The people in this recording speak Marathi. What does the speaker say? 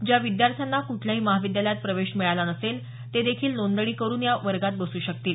ज्या विद्यार्थ्यांना कुठल्याही महाविद्यालयात प्रवेश मिळाला नसेल ते देखील नोंदणी करून या वर्गात बसू शकतील